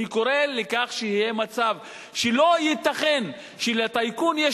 אני קורא לכך שיהיה מצב שלא ייתכן שלטייקון יש